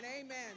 Amen